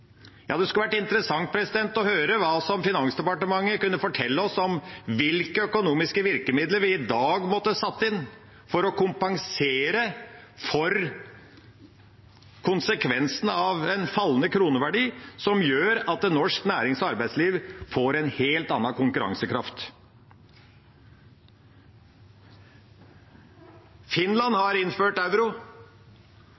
Det skulle ha vært interessant å høre hva Finansdepartementet kunne fortelle oss om hvilke økonomiske virkemidler vi i dag måtte ha satt inn for å kompensere for konsekvensene – en fallende kroneverdi gjør at norsk nærings- og arbeidsliv får en helt annen konkurransekraft. Finland